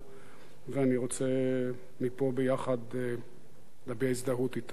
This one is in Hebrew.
ואני רוצה מפה, ביחד, להביע הזדהות אתם.